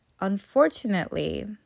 Unfortunately